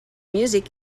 music